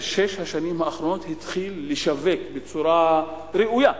שש השנים האחרונות התחילו לשווק בצורה ראויה,